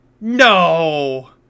No